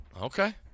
Okay